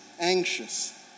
anxious